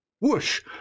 whoosh